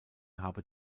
habe